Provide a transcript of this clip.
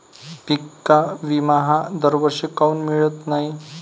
पिका विमा हा दरवर्षी काऊन मिळत न्हाई?